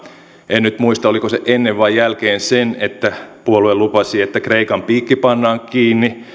en nyt muista oliko se ennen vai jälkeen sen että puolue lupasi että kreikan piikki pannaan kiinni tai